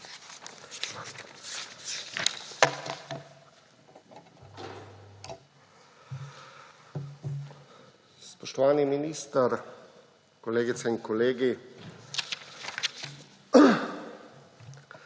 Spoštovani minister, kolegice in kolegi!